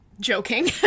joking